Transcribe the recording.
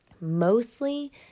mostly